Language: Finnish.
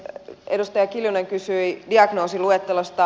edustaja kiljunen kysyi diagnoosiluettelosta